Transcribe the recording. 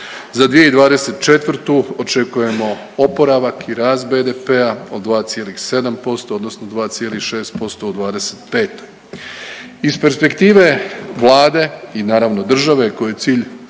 Za 2024. očekujemo oporavak i rast BDP-a od 2,7% odnosno 2,6% u '25.. Iz perspektive Vlade i naravno države kojoj je cilj